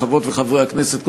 חברות וחברי הכנסת,